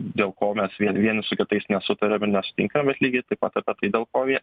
dėl ko mes vien vieni su kitais nesutariam ir nesutinkam mes lygiai taip pat apie tai dėl ko vie